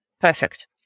perfect